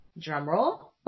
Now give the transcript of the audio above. Drumroll